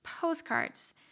postcards